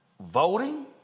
voting